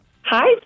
Hi